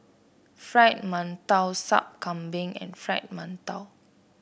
Fried Mantou Sup Kambing and Fried Mantou